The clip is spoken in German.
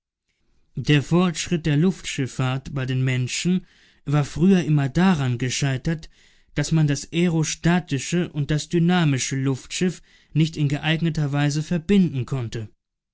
der fortschritt der luftschifffahrt bei den menschen war früher immer daran gescheitert daß man das aerostatische und das dynamische luftschiff nicht in geeigneter weise verbinden konnte